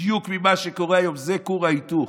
בדיוק ממה שקורה היום, זה כור ההיתוך.